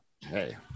Hey